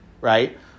right